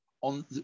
on